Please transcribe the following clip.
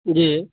जी